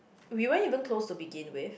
we won't even close to begin with